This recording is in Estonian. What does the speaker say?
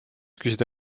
küsida